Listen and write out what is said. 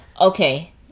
Okay